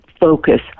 focus